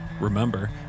Remember